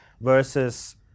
versus